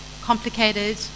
complicated